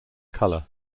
color